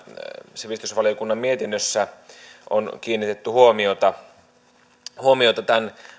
sivistysvaliokunnan mietinnössä on kiinnitetty huomiota tämän